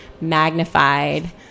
magnified